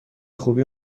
خوبی